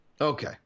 Okay